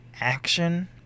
action